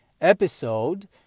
episode